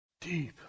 Deep